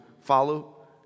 follow